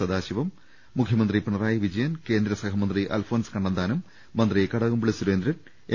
സദാശിവം മുഖ്യമന്ത്രി പിണ റായി വിജയൻ കേന്ദ്ര സഹമന്ത്രി അൽഫോൻസ് കണ്ണന്താനം മന്ത്രി കടകംപള്ളി സുരേന്ദ്രൻ എം